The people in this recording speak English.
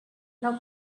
now